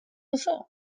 duzu